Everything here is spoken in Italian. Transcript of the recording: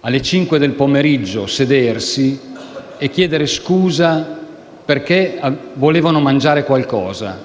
alle ore 5 del pomeriggio e chiedere scusa perché volevano mangiare qualcosa.